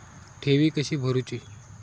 ठेवी कशी भरूची?